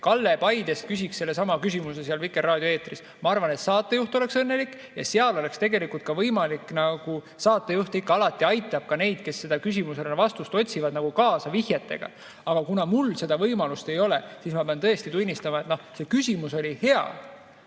Kalle Paidest küsiks sellesama küsimuse seal Vikerraadio eetris. Ma arvan, et saatejuht oleks õnnelik. Aga seal oleks tegelikult võimalik, et saatejuht aitab neid, kes küsimusele vastust otsivad, vihjetega. Ent kuna mul seda võimalust ei ole, siis ma pean tõesti tunnistama, et see küsimus oli hea,